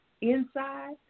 Inside